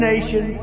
nation